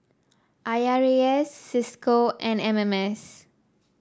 I R A S Cisco and M M S